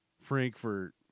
Frankfurt